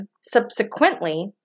subsequently